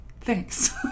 thanks